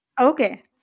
okay